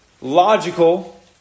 logical